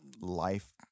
life